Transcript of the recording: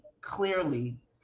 clearly